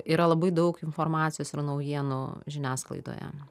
yra labai daug informacijos ir naujienų žiniasklaidoje